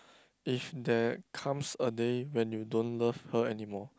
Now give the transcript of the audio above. if there comes a day when you don't love her anymore